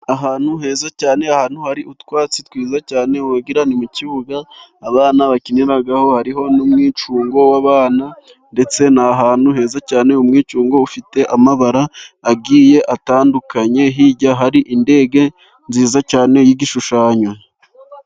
Ahantu heza cyane, ahantu hari utwatsi twiza cyane, wagira ni mu kibuga abana bakiniraho, hariho n'umwicungo w'abana, ndetse ni ahantu heza cyane, umwicungo ufite amabara agiye atandukanye, hirya hari indege nziza cyane y'igishushanyo.